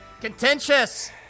Contentious